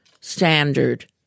standard